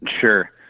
Sure